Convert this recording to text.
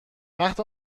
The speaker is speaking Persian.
وقت